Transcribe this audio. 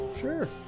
Sure